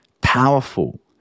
powerful